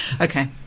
Okay